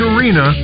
Arena